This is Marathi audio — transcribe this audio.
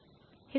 हे खूप सोपे आहे